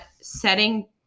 setting